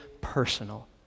personal